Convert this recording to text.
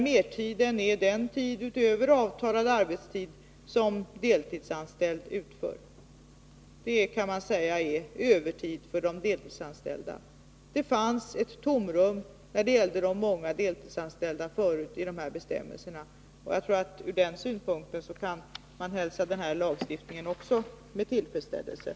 Mertiden är nämligen den tid utöver avtalad arbetstid som den deltidsanställde har att utföra arbete. Man kan kalla det övertid för deltidsanställda. När det gäller de många deltidsanställda fanns det tidigare ett tomrum i de här bestämmelserna. Också ur den synpunkten kan den aktuella lagstiftningen hälsas med tillfredsställelse.